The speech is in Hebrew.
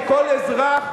כי כל אזרח,